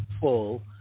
full